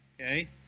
Okay